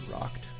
rocked